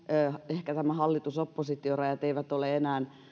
ehkä nämä hallitus oppositio rajat eivät ole enää